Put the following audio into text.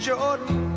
Jordan